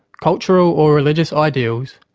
cultural or religious ideals,